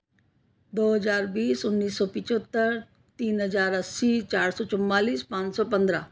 दो हज़ार बीस उन्नीस सौ पचहत्तर तीन हज़ार अस्सी चार सौ चौवालीस पाँच सौ पंद्रह